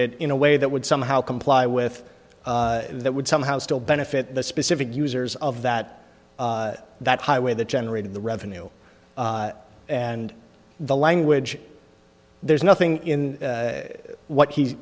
it in a way that would somehow comply with that would somehow still benefit the specific users of that that highway that generated the revenue and the language there's nothing in what he